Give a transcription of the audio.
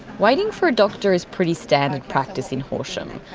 waiting for a doctor is pretty standard practice in horsham.